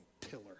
pillar